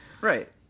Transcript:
Right